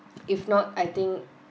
if not I think